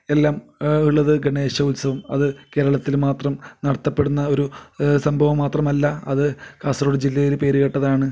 എല്ലാം ഉള്ളത് ഗണേശോത്സവം അത് കേരളത്തിൽ മാത്രം നടത്തപ്പെടുന്ന ഒരു സംഭവം മാത്രമല്ല അത് കാസർഗോഡ് ജില്ലയിൽ പേരു കേട്ടതാണ്